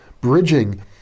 bridging